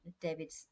David